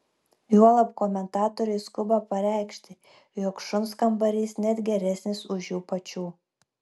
juolab komentatoriai skuba pareikši jog šuns kambarys net geresnis už jų pačių